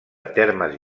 termes